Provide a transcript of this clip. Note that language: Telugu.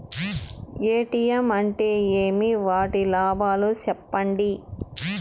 ఎ.టి.ఎం అంటే ఏమి? వాటి లాభాలు సెప్పండి?